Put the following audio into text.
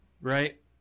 right